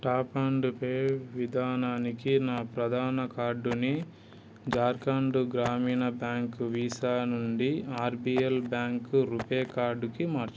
top and pay విధానానికి నా ప్రధాన కార్డుని ఝార్ఖండు గ్రామీణ బ్యాంక్ వీసా నుండి ఆర్బిఎల్ బ్యాంకు రూపే కార్డ్కి మార్చు